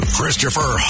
Christopher